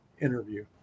interview